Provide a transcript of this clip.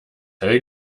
hell